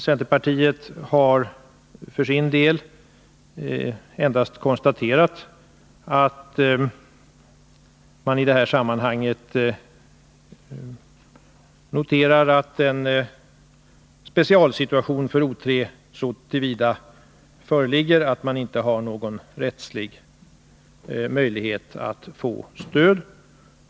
Centerpartiet har för sin del endast konstaterat att en specialsituation för O 3 så till vida föreligger att OKG inte har någon rättslig möjlighet att få stöd.